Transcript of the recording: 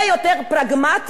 בארבע השנים האלה,